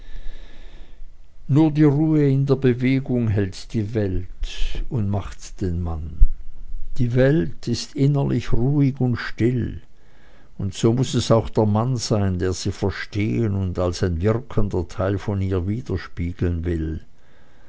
die ruhe in der bewegung hält die welt und macht den mann die welt ist innerlich ruhig und still und so muß es auch der mann sein der sie verstehen und als ein wirkender teil von ihr sie widerspiegeln will